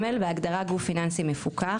בהגדרה "גוף פיננסי מפוקח"